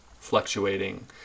fluctuating